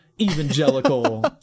evangelical